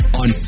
on